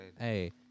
hey